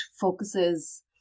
focuses